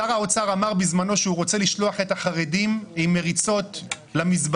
שר האוצר אמר בזמנו שהוא רוצה לשלוח את החרדים עם מריצות למזבלה.